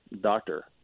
doctor